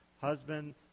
husband